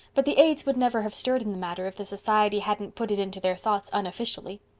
but the aids would never have stirred in the matter if the society hadn't put it into their thoughts unofficially.